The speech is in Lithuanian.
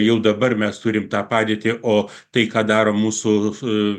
juk dabar mes turim tą padėtį o tai ką daro mūsų